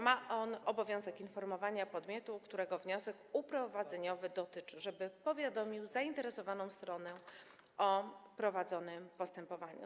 Ma on obowiązek informowania podmiotu, którego wniosek uprowadzeniowy dotyczy, żeby powiadomił zainteresowaną stronę o prowadzonym postępowaniu.